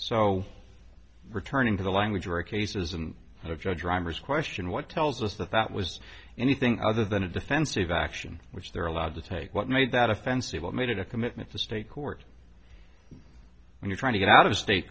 so returning to the language or a cases and sort of judge reimers question what tells us that that was anything other than a defensive action which they're allowed to take what made that offensive what made it a commitment to state court and you're trying to get out of state